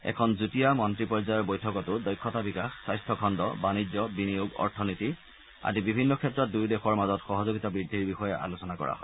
এখন যুটীয়া মন্ত্ৰী পৰ্যায়ৰ বৈঠকতো দক্ষতা বিকাশ স্বস্থ্য খণ্ড বাণিজ্য বিনিয়োগ অৰ্থনীতি আদি বিভিন্ন ক্ষেত্ৰত দুয়ো দেশৰ মাজত সহযোগিতা বৃদ্ধিৰ বিষয়ে আলোচনা কৰা হয়